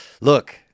Look